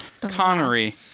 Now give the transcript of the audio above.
Connery